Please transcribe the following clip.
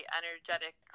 energetic